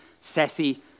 sassy